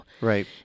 Right